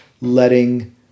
letting